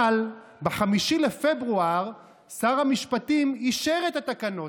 אבל ב-5 בפברואר שר המשפטים אישר את התקנות,